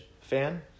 fan